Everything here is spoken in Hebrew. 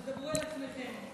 תדברו אל עצמכם.